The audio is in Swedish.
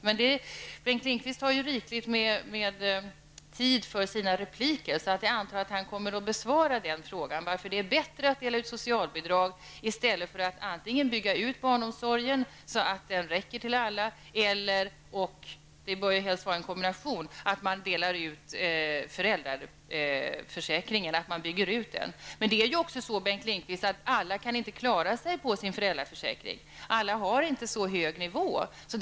Bengt Lindqvist har ju rikligt med tid för sina repliker, så jag antar att han kommer att besvara frågan varför det är bättre med socialbidrag än att bygga ut barnomsorgen så att den räcker till alla, helst i samband med en utbyggd föräldraförsäkring. Alla kan ju inte klara sig på sin föräldraförsäkring. Alla har inte så hög nivå på den.